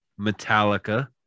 Metallica